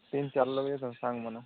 ତିନ୍ ଚାର୍ ଲୋକମାନେ ସାଙ୍ଗ୍ମାନ